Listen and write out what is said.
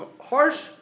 harsh